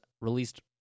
released